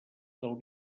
del